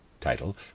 title